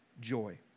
joy